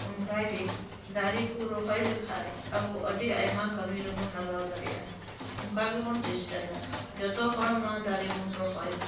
ᱚᱱᱠᱟ ᱜᱮ ᱫᱟᱨᱮ ᱠᱚ ᱨᱚᱦᱚᱭ ᱞᱮᱠᱷᱟᱡ ᱟᱵᱚ ᱟᱹᱰᱤ ᱟᱭᱢᱟ ᱠᱟᱹᱢᱤ ᱨᱮᱵᱚ ᱞᱟᱜᱟᱣ ᱫᱟᱲᱮᱭᱟᱜᱼᱟᱚᱱᱠᱟ ᱜᱮᱵᱚᱱ ᱪᱮᱥᱴᱟᱭᱟ ᱡᱚᱛᱚ ᱦᱚᱲ ᱢᱟ ᱫᱟᱨᱮ ᱵᱚᱱ ᱨᱚᱦᱚᱭ